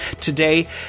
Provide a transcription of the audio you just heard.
Today